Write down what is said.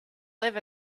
live